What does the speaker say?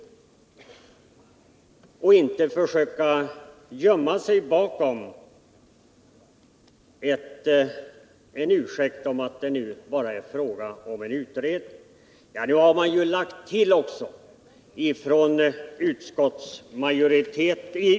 Jag tycker inte att han skall försöka gömma sig bakom en ursäkt att det nu bara är en fråga om en utredning.